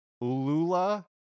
Lula